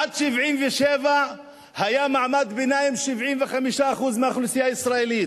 עד 1977 היה מעמד הביניים 75% מהאוכלוסייה הישראלית